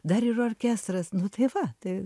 dar ir orkestras nu tai va tai